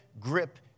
grip